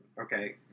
Okay